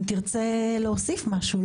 אם תרצה להוסיף משהו,